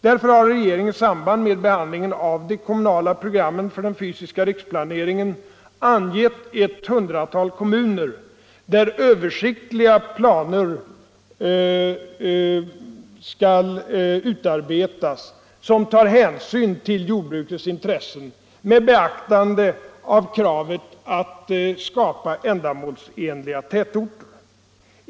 Därför har regeringen i samband med behandlingen av de kommunala programmen för den fortsatta fysiska riksplaneringen angett ett hundratal kommuner, där översiktliga planer skall utarbetas som tar hänsyn till jordbrukets intressen med beaktande av kravet att skapa ändamålsenliga tätorter.